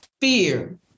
fear